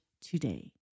today